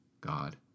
God